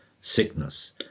sickness